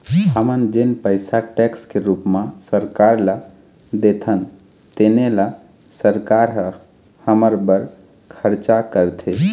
हमन जेन पइसा टेक्स के रूप म सरकार ल देथन तेने ल सरकार ह हमर बर खरचा करथे